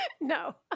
No